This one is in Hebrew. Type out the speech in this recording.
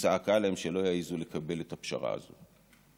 וצעקה עליהם שלא יעזו לקבל את הפשרה הזאת.